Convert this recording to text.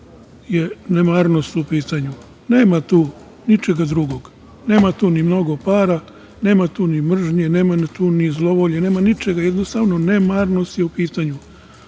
nemarnost u pitanju. Nema tu ničega drugog, nema tu ni mnogo para, nema tu ni mržnje, nema tu ni zlovolje, nema ničega, jednostavno nemarnost je u pitanju. Moj